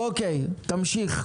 אוקיי, תמשיך.